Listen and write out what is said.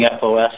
FOS